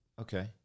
okay